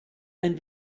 ein